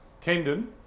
tendon